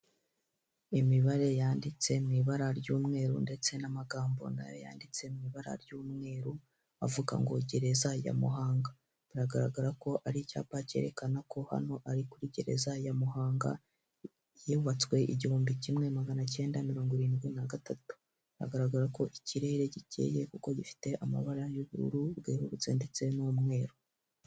Imibare yanditse mu ibara ry'umweru, ndetse n'amagambo nayo yanditse mu ibara ry'umweru, avuga ngo gereza ya Muhanga; biragaragara ko ari icyapa cyerekana ko hano ari kuri gereza ya Muhanga, yubatswe igihumbi kimwe magana cyenda mirongo irindwi n'agatatu, haragaragara ko ikirere gikeye kuko gifite amabara y'ubururu bwerurutse ndetse n'umweru